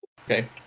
Okay